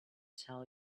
tell